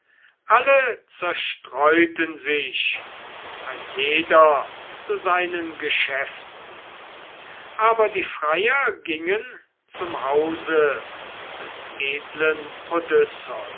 alle zerstreuten sich ein jeder zu seinen geschäften aber die freier gingen zum hause des edlen